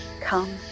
Come